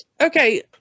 okay